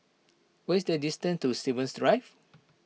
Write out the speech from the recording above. what is the distance to Stevens Drive